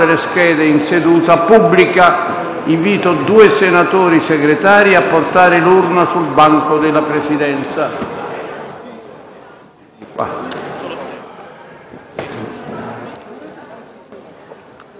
Invito due senatori Segretari a portare l'urna sul banco della Presidenza.